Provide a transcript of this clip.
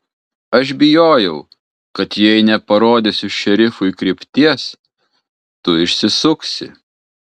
aš bijojau kad jei neparodysiu šerifui krypties tu išsisuksi